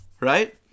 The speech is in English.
right